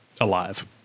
alive